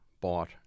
bought